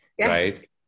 right